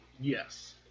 Yes